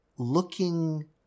Looking